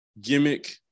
gimmick